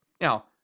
Now